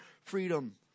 freedom